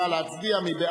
נא להצביע, מי